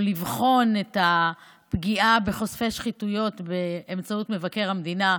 או לבחון את הפגיעה בחושפי שחיתויות באמצעות מבקר המדינה,